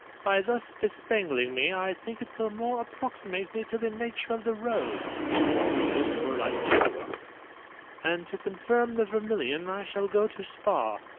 by thus bespangling me, i think it will more approximate me to the nature of the rose for her looks were like aurora and to confirm the vermilion i shall go to spa.